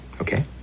okay